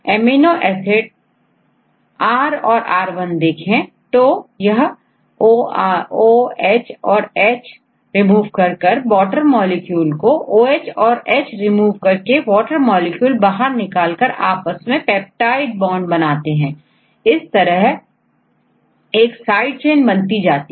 amino acid R औरR1 देखें तो यह ओ एच और एच रिमूव कर वॉटर मॉलिक्यूल बाहर निकाल कर आपस में पेप्टाइड बॉन्ड बनाते हैं इस तरह साइड चेन बनती जाती है